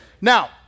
now